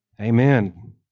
Amen